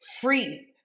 free